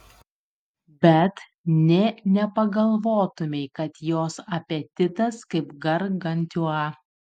bet nė nepagalvotumei kad jos apetitas kaip gargantiua